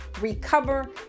recover